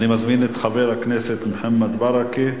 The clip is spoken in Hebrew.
אני מזמין את חבר הכנסת מוחמד ברכה,